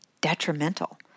detrimental